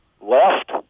Left